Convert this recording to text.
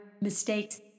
mistakes